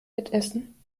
mitessen